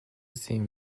seem